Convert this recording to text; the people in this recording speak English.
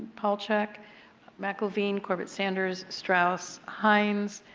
palchik, mcelveen, corbett sanders, strauss, hynes,